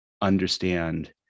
understand